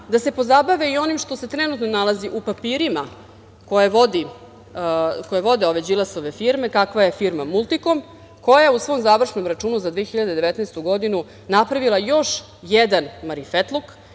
da se pozabave i onim što se trenutno nalazi u papirima koje vode ove Đilasove firme, kakva je firma „Multikom“, koja je u svom završnom računu za 2019. godinu napravila još jedan marifetluk,